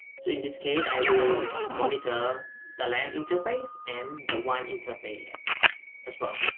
so in this case i will monitor the lan interface and the one interface as well